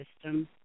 system